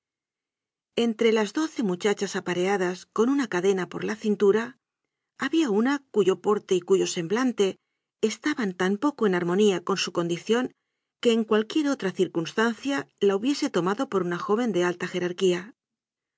entre las doce muchachas apareadas con una cadeña por la cintura había una cuyo porte y cuyo semblante estaban tan poco en armonía con su con dición que en cualquier otra circunstancia la hu biese tomado por una joven de alta jerarquía